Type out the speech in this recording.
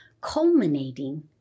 culminating